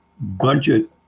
budget